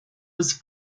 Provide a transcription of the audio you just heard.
was